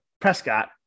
Prescott